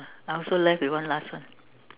I also left with one last one